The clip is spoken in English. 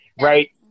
right